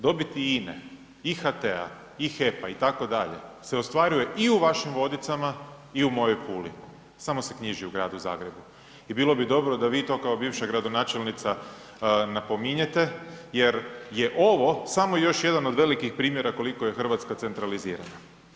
Dobiti INA-e i HT-a i HEP-a, itd. se ostvaruje i u vašim Vodicama i u mojoj Puli, samo se knjiži u gradu Zagrebu i bilo bi dobro da vi to kao bivša gradonačelnica napominjete jer je ovo samo još jedan od velikih primjera koliko je Hrvatska centralizirana.